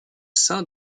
sein